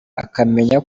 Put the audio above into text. akamenya